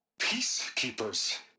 Peacekeepers